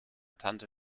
tante